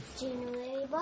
January